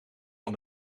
van